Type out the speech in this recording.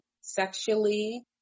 sexually